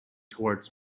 towards